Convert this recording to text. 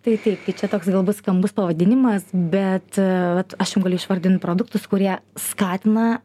tai taip tai čia toks galbūt skambus pavadinimas bet vat aš jum galiu išvardint produktus kurie skatina